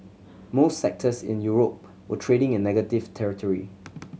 most sectors in Europe were trading in negative territory